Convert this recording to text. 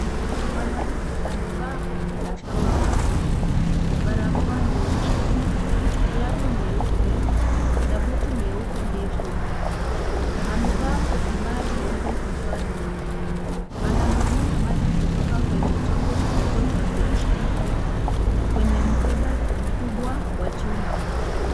Mwanamke amevaa koti la samawati, barakoa nyeusi, glavu nyeupe na buti nyeupe ndefu, amevaa kitambaa cheupe kichwani, anamimina maji kutoka kwenye chombo kidogo cha plastiki kwenye mkembe mkubwa wa chuma.